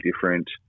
different